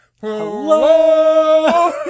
Hello